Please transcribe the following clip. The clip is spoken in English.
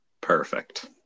Perfect